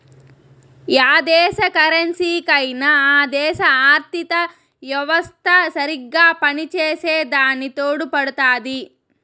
yeah దేశ కరెన్సీకైనా ఆ దేశ ఆర్థిత యెవస్త సరిగ్గా పనిచేసే దాని తోడుపడుతాది